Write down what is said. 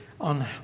on